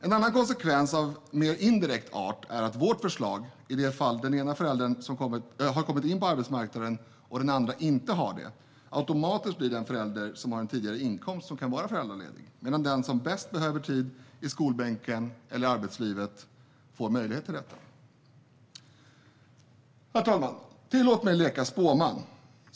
En annan konsekvens av mer indirekt art är att det med vårt förslag, i de fall där den ena föräldern har kommit in på arbetsmarknaden och den andra inte har det, automatiskt blir den förälder som har en tidigare inkomst som kan vara föräldraledig, medan den som bäst behöver tid i skolbänken eller arbetslivet får möjlighet till detta. Herr talman! Tillåt mig att leka spåman.